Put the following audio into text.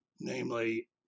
namely